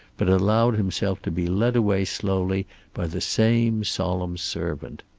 but allowed himself to be led away slowly by the same solemn servant.